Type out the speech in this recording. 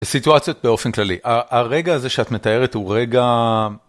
סיטואציות באופן כללי, הרגע הזה שאת מתארת הוא רגע.